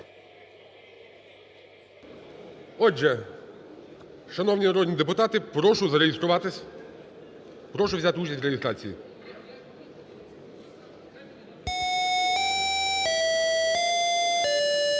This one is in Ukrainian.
Отже, шановні народні депутати, прошу зареєструватись. Прошу взяти участь у реєстрації. 10:05:22